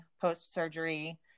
post-surgery